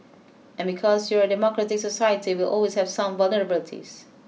and because you're a democratic society you will always have some vulnerabilities